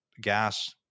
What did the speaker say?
gas